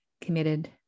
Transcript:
committed